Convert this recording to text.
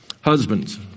Husbands